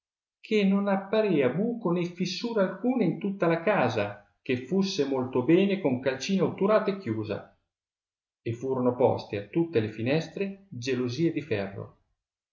cbe non apparea buco né fissura alcuna in tutta la casa che fosse molto bene con calcina otturata e chiusa e furono p ste a tutte le finestre gelosie di ferro